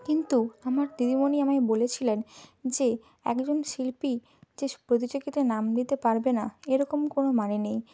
কিন্তু আমার দিদিমণি আমায় বলেছিলেন যে একজন শিল্পী যেস প্রতিযোগিতায় নাম দিতে পারবে না এরকম কোনো মানে নেই